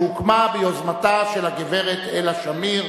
שהוקמה ביוזמתה של הגברת אלה שמיר.